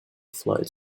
flight